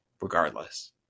regardless